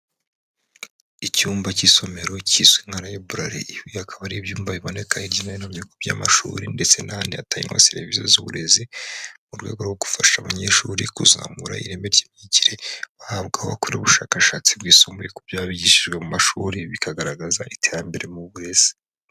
Icyumba cy'isomero kizwi nka layiburari, ibi bikaba ari ibyumba biboneka hirya no hino mu bigo by'amashuri ndetse n'ahandi hatangirwa serivisi z'uburezi, mu rwego rwo gufasha abanyeshuri kuzamura ireme ry'imyigire bahabwa aho bakora ubushakashatsi bwisumbuye ku byo baba bigishijwe mu mashuri ,bikagaragaza iterambere mu burezi.